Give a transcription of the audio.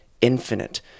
infinite